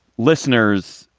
listeners,